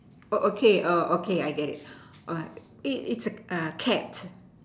oh okay oh okay I get it uh it is a cat